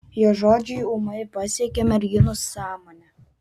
jo žodžiai ūmai pasiekė merginos sąmonę